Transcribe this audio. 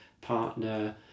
partner